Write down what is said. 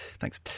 Thanks